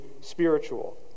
spiritual